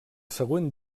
següent